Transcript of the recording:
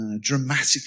dramatically